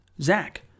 Zach